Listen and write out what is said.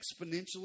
exponentially